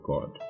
God